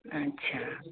अच्छा